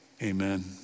Amen